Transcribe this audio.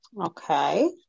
Okay